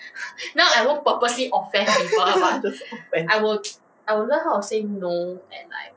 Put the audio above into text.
offend